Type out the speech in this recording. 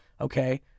okay